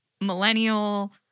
millennial